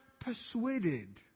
persuaded